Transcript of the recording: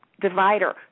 divider